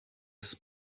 was